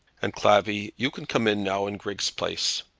and, clavvy, you can come in now in griggs' place.